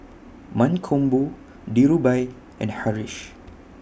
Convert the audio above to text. Mankombu Dhirubhai and Haresh